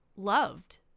loved